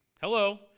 Hello